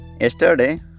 yesterday